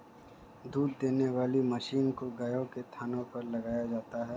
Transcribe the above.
दूध देने वाली मशीन को गायों के थनों पर लगाया जाता है